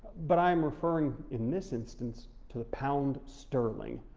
but i'm referring in this instance to the pound sterling,